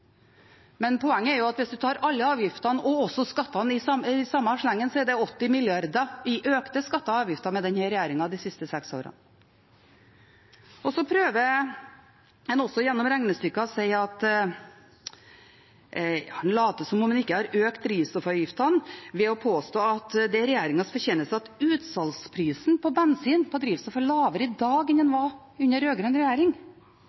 Men poenget er at hvis man tar alle avgiftene, og skattene i samme slengen, er det blitt 80 mrd. kr i økte skatter og avgifter med denne regjeringen de siste seks årene. Så prøver en gjennom regnestykker også å late som om man ikke har økt drivstoffavgiftene, ved å påstå at det er regjeringens fortjeneste at utsalgsprisen på bensin og drivstoff er lavere i dag enn den var under rød-grønn regjering.